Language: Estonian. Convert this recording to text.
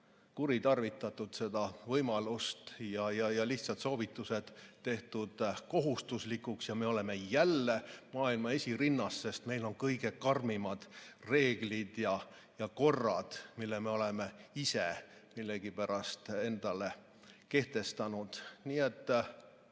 kuritarvitatud seda võimalust, ei ole lihtsalt soovitused tehtud kohustuslikuks ja me oleme jälle maailmas esirinnas, sest meil on kõige karmimad reeglid ja korrad, mille me oleme ise millegipärast endale kehtestanud. Nii et